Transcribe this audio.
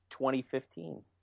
2015